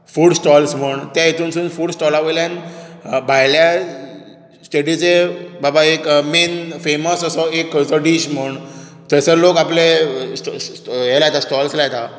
food stalls म्हण त्या हातूंत फूड स्टॉला वयल्यान भायल्या स्टेटीचो बाबा एक मेन फेमस असो खंयचो डीश म्हूण थंयसर लोक आपले लायता स्टॉल्स लायता